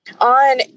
on